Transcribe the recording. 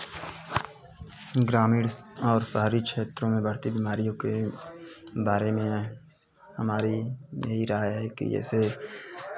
ग्रामीण और शहरी क्षेत्रों में बढ़ती बीमारियों के बारे में हमारी यही राय है कि जैसे